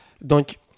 Donc